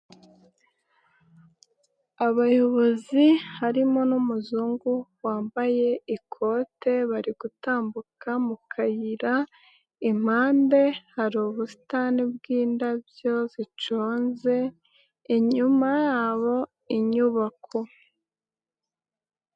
Abayobozi harimo n'umuzungu wambaye ikote bari gutambuka mu kayira, impande hari ubusitani bw'indabyo ziconze, inyuma yabo hari inyubako.